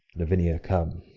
lavinia, come.